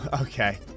okay